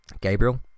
Gabriel